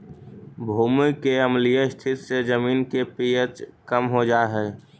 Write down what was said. भूमि के अम्लीय स्थिति से जमीन के पी.एच कम हो जा हई